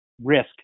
risk